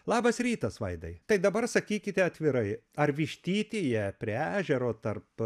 labas rytas vaidai tai dabar sakykite atvirai ar vištytyje prie ežero tarp